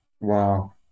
Wow